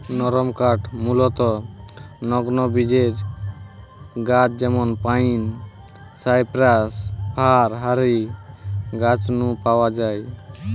নরমকাঠ মূলতঃ নগ্নবীজের গাছ যেমন পাইন, সাইপ্রাস, ফার হারি গাছ নু পাওয়া যায়